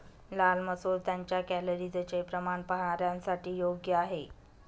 लाल मसूर त्यांच्या कॅलरीजचे प्रमाण पाहणाऱ्यांसाठी योग्य आहे